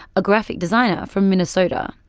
a graphic designer from minnesota.